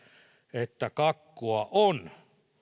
että kakkua on